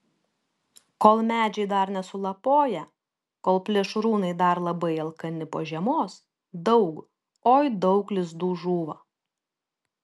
kol medžiai dar nesulapoję kol plėšrūnai dar labai alkani po žiemos daug oi daug lizdų žūva